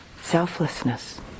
selflessness